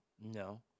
No